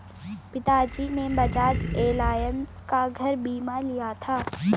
पिताजी ने बजाज एलायंस का घर बीमा लिया था